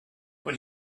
when